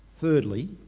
Thirdly